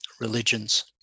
religions